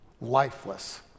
lifeless